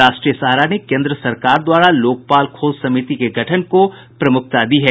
राष्ट्रीय सहारा ने केन्द्र सरकार द्वारा लोकपाल खोज समिति के गठन को प्रमुखता दी है